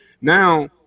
now